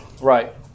Right